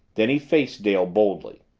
then he faced dale boldly.